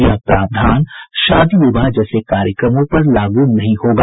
यह प्रावधान शादी विवाह जैसे कार्यक्रमों पर लागू नहीं होगा